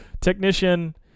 technician